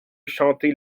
chanter